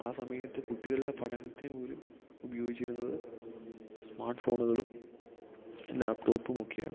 ആ സമയത്ത് കുട്ടികളുടെ പഠനത്തിന് പോലും ഉപയോഗിച്ചിരുന്നത് സ്മാട്ട് ഫോണ്കളും ലാപ്ടോപ്പും ഒക്കെയാണ്